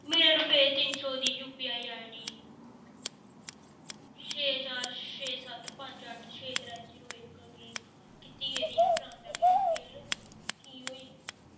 मेरी रपेऽ तीन सौ दी U P I I D छे चार छे सत पंज अठ्ठ छे त्रै जीरो इक पंज गी कीती गेदी ट्रांज़ैक्शन फेल की होई